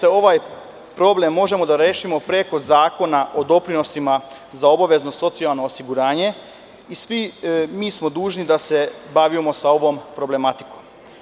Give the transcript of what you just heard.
Ovaj problem možemo da rešimo preko Zakona o doprinosima za obavezno socijalno osiguranje i svi smo dužni da se bavimo ovom problematikom.